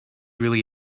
really